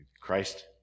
Christ